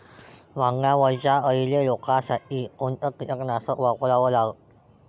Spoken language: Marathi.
वांग्यावरच्या अळीले रोकासाठी कोनतं कीटकनाशक वापराव?